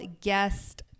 guest